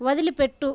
వదిలిపెట్టు